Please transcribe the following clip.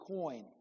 coin